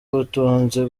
ubutunzi